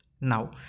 now